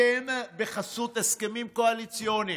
בחסות הסכמים קואליציוניים,